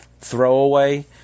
throwaway